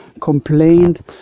complained